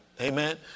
Amen